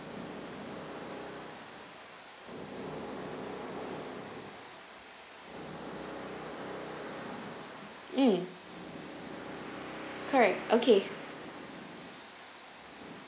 mm correct okay